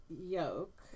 yoke